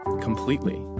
completely